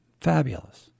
Fabulous